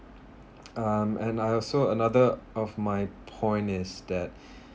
um and I also another of my point is that